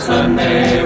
Sunday